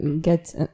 get